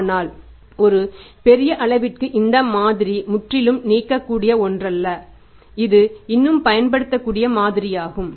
ஆனால் ஒரு பெரிய அளவிற்கு இந்த மாதிரி முற்றிலும் நீக்கக்கூடிய ஒன்றல்ல இது இன்னும் பயன்படுத்தக்கூடிய மாதிரியாகும்